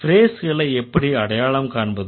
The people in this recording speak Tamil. ஃப்ரேஸ்களை எப்படி அடையாளம் காண்பது